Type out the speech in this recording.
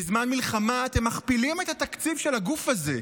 בזמן מלחמה אתם מכפילים את התקציב של הגוף הזה.